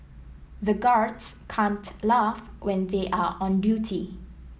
the guards can't laugh when they are on duty